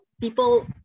people